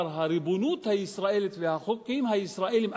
הריבונות הישראלית והחוקים הישראליים,